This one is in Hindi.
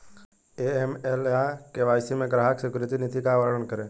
ए.एम.एल या के.वाई.सी में ग्राहक स्वीकृति नीति का वर्णन करें?